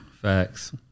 Facts